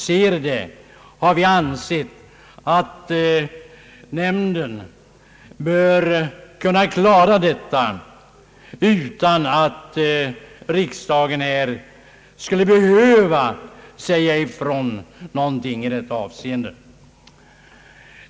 Men vi har ansett att nämnden bör kunna klara detta utan att riksdagen behöver säga ifrån någonting i detta avseende.